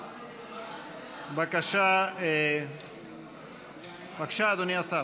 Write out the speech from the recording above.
בבקשה, אדוני השר.